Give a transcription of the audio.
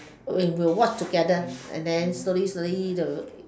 we will watch together and then slowly slowly the